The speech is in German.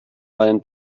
meinen